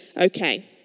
okay